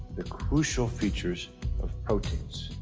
the crucial features of proteins.